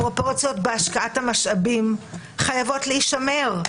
הפרופורציות בהשקעת המשאבים חייבות להישמר.